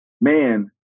man